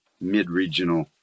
mid-regional